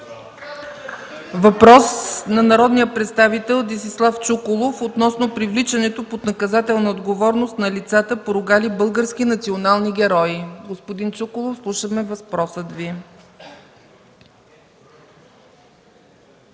Въпрос на народния представител Десислав Чуколов относно привличането под наказателна отговорност на лицата, поругали български национални герои. Господин Чуколов, слушаме въпроса Ви.